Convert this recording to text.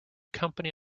company